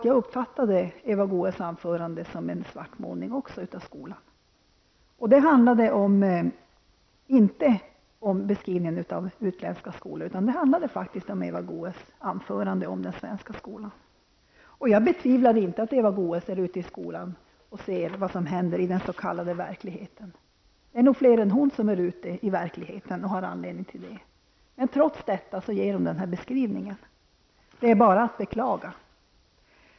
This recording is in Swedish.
Jag uppfattade Eva Goe s anförande som en svartmålning av skolan. Det gäller inte beskrivningen av utländska skolor. Det gäller faktiskt Eva Goe s anförande om den svenska skolan. Jag tvivlar inte på att Eva Goe s befinner sig ute på skolorna för att se vad som händer i den s.k. verkligheten. Det är nog fler än Eva Goe s som är ute i verkligheten. Trots detta ger hon denna beskrivning. Det är bara att beklaga.